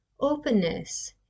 openness